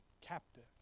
captive